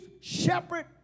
shepherd